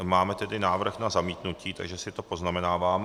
Máme tedy návrh na zamítnutí, takže si to poznamenávám.